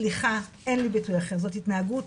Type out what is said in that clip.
סליחה, אין לי ביטוי אחר, נבזית.